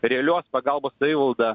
realios pagalbos savivalda